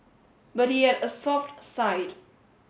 but he had a soft side